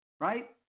right